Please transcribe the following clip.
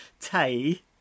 Tay